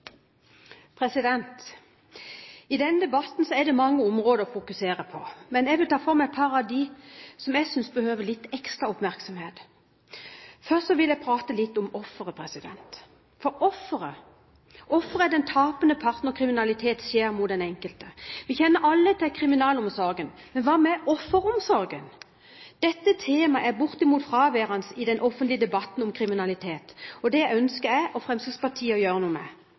det mange områder å fokusere på, men jeg vil ta for meg et par av dem som jeg synes behøver litt ekstra oppmerksomhet. Først vil jeg prate litt om offeret, for offeret er den tapende part når kriminalitet skjer mot den enkelte. Vi kjenner alle til kriminalomsorgen. Men hva med offeromsorgen? Dette tema er bortimot fraværende i den offentlige debatten om kriminalitet, og det ønsker jeg og Fremskrittspartiet å gjøre noe med.